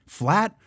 flat